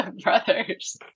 brothers